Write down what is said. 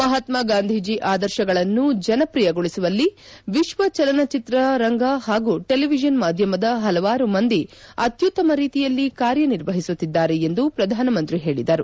ಮಹಾತ್ತಾ ಗಾಂಧೀಜಿ ಆದರ್ಶಗಳನ್ನು ಜನಪ್ರಿಯ ಗೊಳಿಸುವಲ್ಲಿ ವಿಶ್ವ ಚಲನಚಿತ್ರರಂಗ ಹಾಗೂ ಚೆಲಿವಿಷನ್ ಮಾಧ್ಯಮದ ಹಲವಾರು ಮಂದಿ ಅತ್ಯುತ್ತಮ ರೀತಿಯಲ್ಲಿ ಕಾರ್ಯನಿರ್ವಹಿಸುತ್ತಿದ್ದಾರೆ ಎಂದು ಪ್ರಧಾನಮಂತ್ರಿ ಹೇಳಿದರು